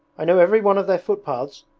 i know every one of their footpaths.